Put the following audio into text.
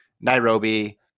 Nairobi